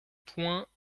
points